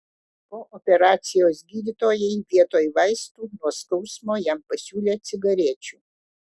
po operacijos gydytojai vietoj vaistų nuo skausmo jam pasiūlė cigarečių